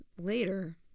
later